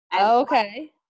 Okay